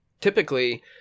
typically